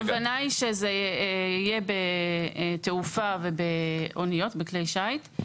הכוונה היא שזה יהיה בתעופה ובאוניות, בכלי שיט.